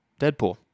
Deadpool